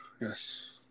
Yes